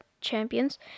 Champions